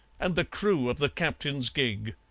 and the crew of the captain's gig.